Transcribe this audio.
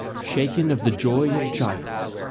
shaken of the joy of giants,